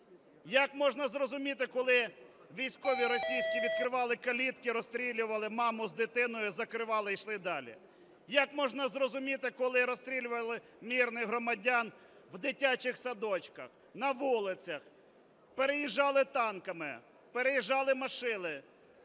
Як можна зрозуміти, коли військові російські відкривали калитки і розстрілювали маму з дитиною, закривали і йшли далі? Як можна зрозуміти, коли розстрілювали мирних громадян в дитячих садочках, на вулицях переїжджали танками, переїжджали машини,